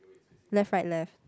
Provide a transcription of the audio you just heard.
left right left